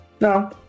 No